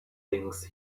things